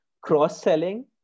cross-selling